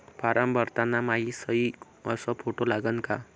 Form भरताना मायी सयी अस फोटो लागन का?